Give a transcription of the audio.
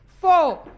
four